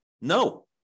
No